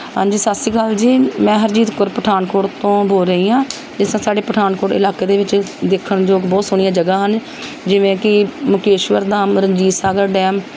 ਹਾਂਜੀ ਸਤਿ ਸ਼੍ਰੀ ਅਕਾਲ ਜੀ ਮੈਂ ਹਰਜੀਤ ਕੌਰ ਪਠਾਨਕੋਟ ਤੋਂ ਬੋਲ ਰਹੀ ਹਾਂ ਜਿਸ ਤਰ੍ਹਾਂ ਸਾਡੇ ਪਠਾਨਕੋਟ ਇਲਾਕੇ ਦੇ ਵਿੱਚ ਦੇਖਣ ਯੋਗ ਬਹੁਤ ਸੋਹਣੀਆਂ ਜਗ੍ਹਾ ਹਨ ਜਿਵੇਂ ਕਿ ਮੁਕੇਸ਼ਵਰ ਧਾਮ ਰਣਜੀਤ ਸਾਗਰ ਡੈਮ